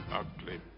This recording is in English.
ugly